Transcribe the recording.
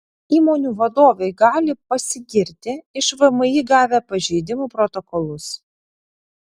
įmonių vadovai gali pasigirti iš vmi gavę pažeidimų protokolus